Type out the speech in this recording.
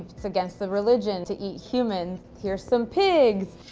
it's against the religion to eat humans. here's some pigs.